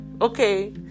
Okay